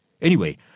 Anyway